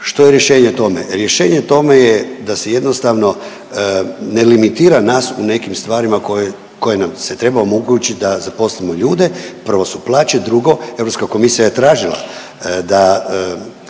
Što je rješenje tome? Rješenje tome je da se jednostavno ne limitira nas u nekim stvarima koje nam se treba omogućit da zaposlimo ljude, prvo su plaće, drugo Europska komisija je tražila da